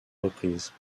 reprises